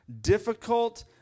difficult